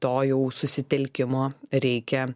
to jau susitelkimo reikia